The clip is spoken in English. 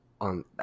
on